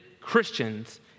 Christians